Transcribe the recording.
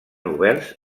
oberts